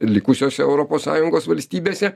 likusiose europos sąjungos valstybėse